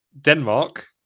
Denmark